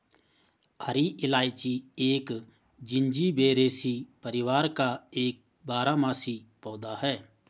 हरी इलायची एक जिंजीबेरेसी परिवार का एक बारहमासी पौधा है